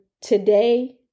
today